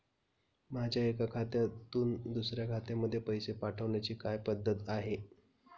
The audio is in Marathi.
माझ्या एका खात्यातून दुसऱ्या खात्यामध्ये पैसे पाठवण्याची काय पद्धत आहे?